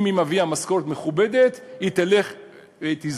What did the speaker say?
אם היא מביאה משכורת מכובדת היא תלך ו"תסבול"